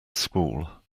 school